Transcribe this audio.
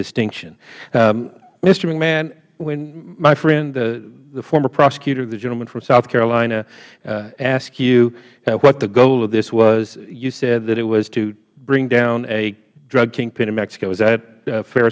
distinction mr hmcmahon when my friend the former prosecutor the gentleman from south carolina asked you what the goal of this was you said that it was to bring down a drug kingpin in mexico is that a fair